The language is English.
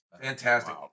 Fantastic